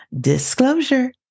Disclosure